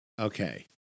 Okay